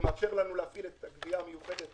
זה מאפשר לנו להפעיל את הגבייה המיוחדת